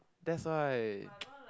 that's why